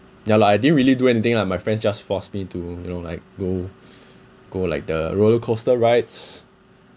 ya lah I didn't really do anything lah my friends just force me to you know like go go like the roller coaster rides